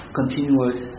continuous